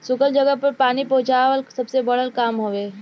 सुखल जगह पर पानी पहुंचवाल सबसे बड़ काम हवे